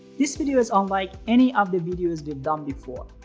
this video is unlike any of the videos we've done before.